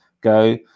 go